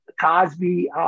Cosby